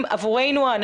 עבורנו הגורמים המפקחים,